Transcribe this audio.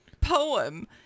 poem